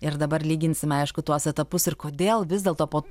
ir dabar lyginsime aišku tuos etapus ir kodėl vis dėlto po